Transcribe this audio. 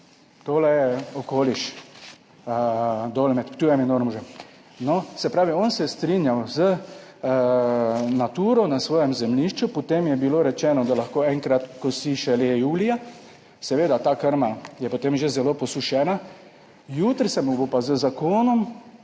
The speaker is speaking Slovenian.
Tole je okoliš dol med Ptujem in Ormožem. Se pravi, on se je strinjal z Naturo na svojem zemljišču, potem je bilo rečeno, da lahko enkrat kosi šele julija, seveda ta krma je potem že zelo posušena. Jutri se mu bo pa z zakonom